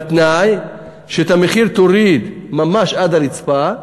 בתנאי שאת המחיר תוריד ממש עד הרצפה,